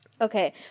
okay